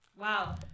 Wow